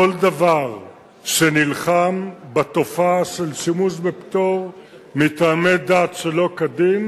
כל דבר שנלחם בתופעה של שימוש בפטור מטעמי דת שלא כדין,